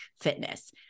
fitness